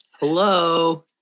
Hello